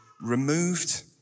removed